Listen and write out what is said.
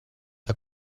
her